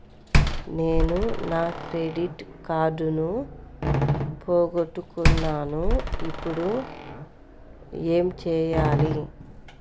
నేను నా క్రెడిట్ కార్డును పోగొట్టుకున్నాను ఇపుడు ఏం చేయాలి?